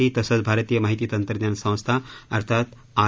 T तसंच भारतीय माहिती तंत्रज्ञान संस्था अर्थात आय